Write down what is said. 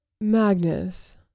Magnus